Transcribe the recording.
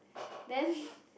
then